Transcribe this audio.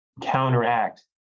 counteract